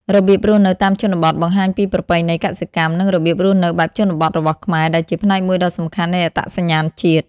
របៀបរស់នៅតាមជនបទ បង្ហាញពីប្រពៃណីកសិកម្ម និងរបៀបរស់នៅបែបជនបទរបស់ខ្មែរ ដែលជាផ្នែកមួយដ៏សំខាន់នៃអត្តសញ្ញាណជាតិ ។